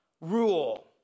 rule